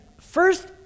first